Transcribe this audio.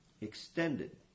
extended